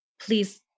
please